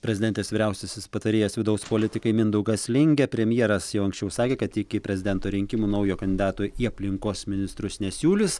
prezidentės vyriausiasis patarėjas vidaus politikai mindaugas lingė premjeras jau anksčiau sakė kad iki prezidento rinkimų naujo kandidato į aplinkos ministrus nesiūlys